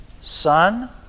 sun